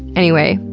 anyway,